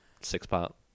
six-part